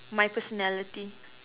my personality